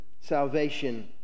salvation